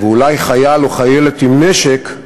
ואולי חייל או חיילת עם נשק,